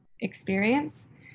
experience